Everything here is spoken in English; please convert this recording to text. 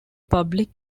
public